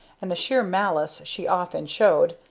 and the sheer malice she often showed,